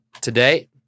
today